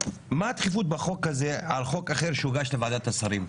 מה הדחיפות בחוק כזה על חוק אחר שהוגש לוועדת השרים?